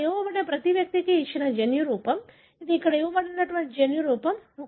ఇక్కడ ఇవ్వబడిన ప్రతి వ్యక్తికి ఇచ్చిన జన్యురూపం ఇది ఇవ్వబడిన జన్యురూపం